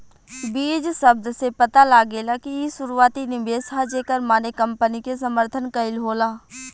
बीज शब्द से पता लागेला कि इ शुरुआती निवेश ह जेकर माने कंपनी के समर्थन कईल होला